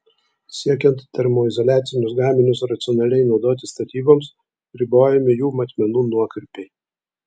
siekiant termoizoliacinius gaminius racionaliai naudoti statyboms ribojami jų matmenų nuokrypiai